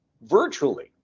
virtually